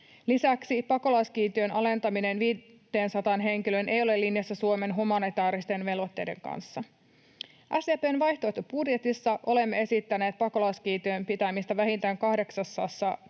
Lisäksi pakolaiskiintiön alentaminen 500 henkilöön ei ole linjassa Suomen humanitaaristen velvoitteiden kanssa. SDP:n vaihtoehtobudjetissa olemme esittäneet pakolaiskiintiön pitämistä vähintään 850